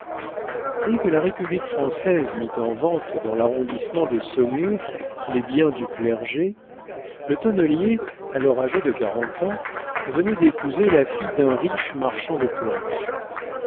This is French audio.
dès que la république française mit en vente dans l'arrondissement de saumur les biens du clergé le tonnelier alors âgé de quarante ans venait d'épouser la fille d'un riche marchand de planches